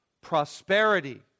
prosperity